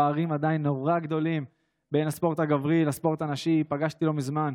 הפערים עדיין נורא גדולים בין ספורט גברים לספורט הנשיםץ פגשתי לא מזמן,